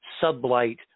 sublight